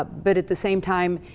ah but, at the same time,